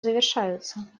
завершаются